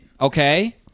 Okay